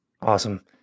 Awesome